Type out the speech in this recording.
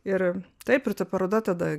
ir taip ir ta paroda tada